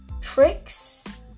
tricks